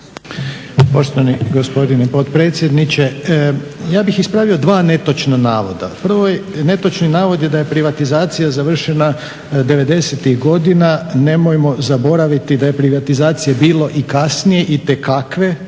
Poštovani gospodine potpredsjedniče. Ja bih ispravio dva netočna navoda. Prvi netočni navod je da je privatizacija završena '90.-tih godina. Nemojmo zaboraviti da je privatizacije bilo i kasnije itekakve,